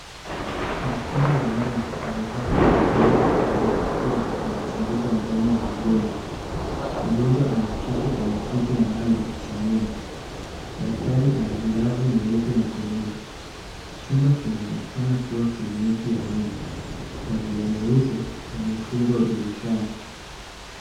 Daktari wa meno amevaa koti jeupe na barakoa anachunguza mdomo wa mgonjwa. Mgonjwa ameketi kwenye kiti maalum cha meno. Daktari ana glavu nyeupe mikononi. Chumba kinaonekana kuwa kliniki ya meno. Pazia meupe yamefungwa dirishani.